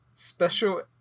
Special